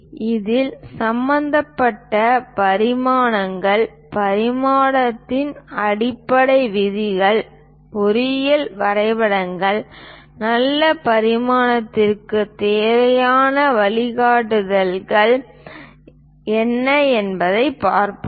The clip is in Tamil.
இதில் சம்பந்தப்பட்ட பரிமாணங்கள் பரிமாணத்தின் அடிப்படை விதிகள் பொறியியல் வரைபடங்களில் நல்ல பரிமாணத்திற்கு தேவையான வழிகாட்டுதல்கள் என்ன என்பதைப் பார்ப்போம்